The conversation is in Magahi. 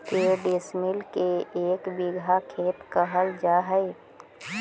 के डिसमिल के एक बिघा खेत कहल जा है?